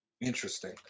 Interesting